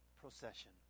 procession